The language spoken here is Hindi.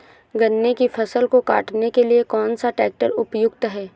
गन्ने की फसल को काटने के लिए कौन सा ट्रैक्टर उपयुक्त है?